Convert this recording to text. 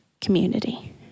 community